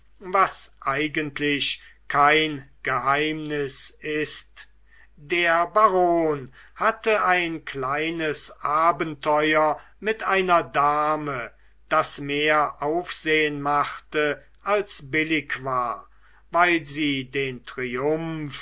was eigentlich kein geheimnis ist der baron hatte ein kleines abenteuer mit einer dame das mehr aufsehen machte als billig war weil sie den triumph